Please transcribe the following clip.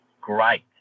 great